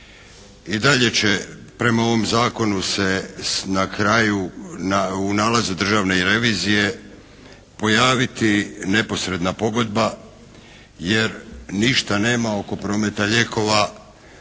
I dalje će prema ovom Zakonu se na kraju u nalazu državne revizije pojaviti neposredna pogodba jer ništa nema oko prometa lijekova